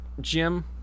jim